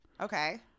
okay